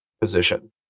position